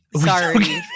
Sorry